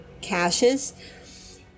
Caches